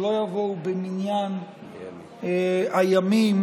שלא יבואו במניין הימים,